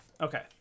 Okay